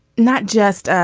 not just